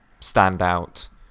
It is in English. standout